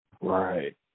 Right